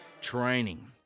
training